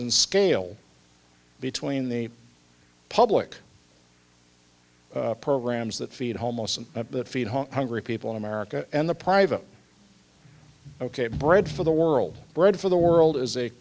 in scale between the public programs that feed homeless and feed hungry people in america and the private ok bread for the world bread for the world is a